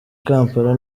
kampala